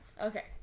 okay